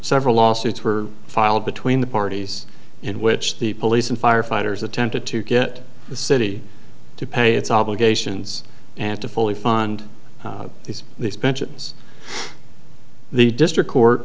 several lawsuits were filed between the parties in which the police and firefighters attempted to get the city to pay its obligations and to fully fund these these pensions the district court